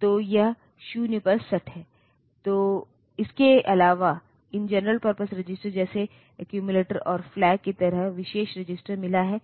तो यह 0 पर सेट है इसके अलावा इन जनरल पर्पस रजिस्टर जैसे एक्यूमुलेटर और फ्लैग की तरह विशेष रजिस्टर मिला है